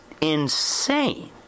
insane